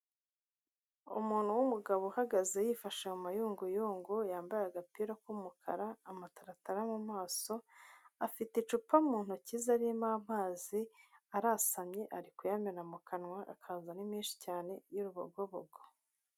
Umuntu w'umugabo uhagaze yifashe mu mayunguyungu, yambaye agapira k'umukara amataratara mu maso, afite icupa mu ntoki ze ririmo amazi arasamye ari kuyamena mu kanwa, akaza ari menshi cyane y'urubogobogo.